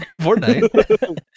Fortnite